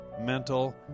mental